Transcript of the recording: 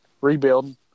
rebuilding